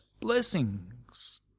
blessings